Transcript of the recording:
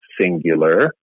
singular